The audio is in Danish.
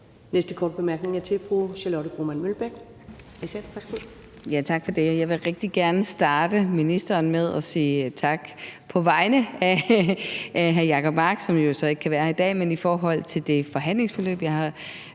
Næste korte bemærkning er til fru Charlotte Broman Mølbæk,